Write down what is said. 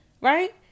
right